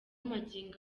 magingo